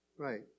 Right